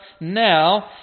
now